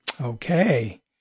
Okay